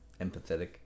empathetic